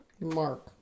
Mark